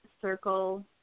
circle